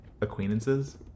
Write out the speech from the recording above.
acquaintances